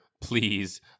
please